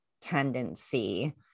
tendency